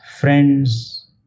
friends